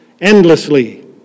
endlessly